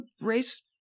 race